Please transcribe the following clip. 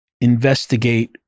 investigate